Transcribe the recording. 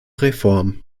reformen